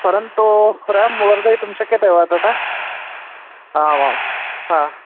परन्तु रेम् वर्धयितुं शक्यते वा तथा आमाम् हा